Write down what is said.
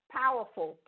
powerful